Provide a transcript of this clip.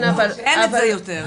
שאין את זה יותר.